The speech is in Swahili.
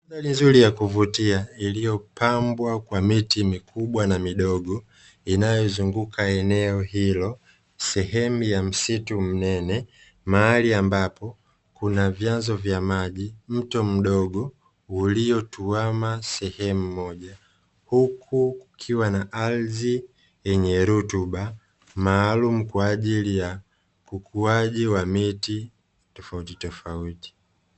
Mandhari nzuri ya kuvutia iliyopambwa kwa miti mikubwa na midogo, inayozunguka eneo hilo, sehemu ya msitu mnene, mahali ambapo kuna vyanzo, vya maji mto mdogo uliotuwama sehemu moja, huku kukiwa na ardhi yenye rutuba, maalumu kwa ajili ya ukuaji wa miti tofautitofauti .